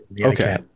okay